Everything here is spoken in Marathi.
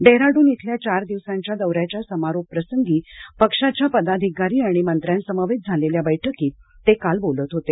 डेहराडून इथल्या चार दिवसांच्या दौऱ्याच्या समारोप प्रसंगी पक्षाच्या पदाधिकारी आणि मंत्र्यांसमवेत झालेल्या बैठकीत ते काल बोलत होते